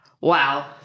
wow